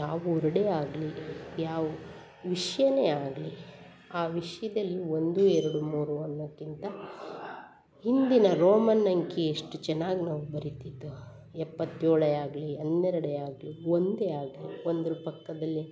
ಯಾವ ಊರ್ಡೇ ಆಗಲಿ ಯಾವ ವಿಷ್ಯವೇ ಆಗಲಿ ಆ ವಿಷಯದಲ್ಲಿ ಒಂದು ಎರಡು ಮೂರು ಅನ್ನಕ್ಕಿಂತ ಹಿಂದಿನ ರೋಮನ್ ಅಂಕೆ ಎಷ್ಟು ಚೆನ್ನಾಗಿ ನಾವು ಬರಿತಿದ್ದು ಎಪ್ಪತ್ತೇಳೆ ಆಗಲಿ ಹನ್ನೆರಡೇ ಆಗಲಿ ಒಂದೇ ಆಗಲಿ ಒಂದ್ರ ಪಕ್ಕದಲ್ಲಿ